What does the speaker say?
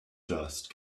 dust